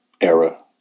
era